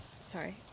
Sorry